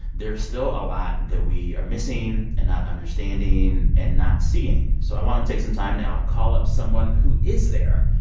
there's still a lot that we are missing and not understanding and not seeing. so i want to take some time now to call up someone who is there.